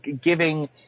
giving